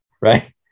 Right